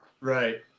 Right